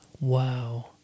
Wow